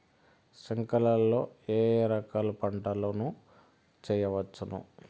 స్ప్రింక్లర్లు లో ఏ ఏ రకాల పంటల ను చేయవచ్చును?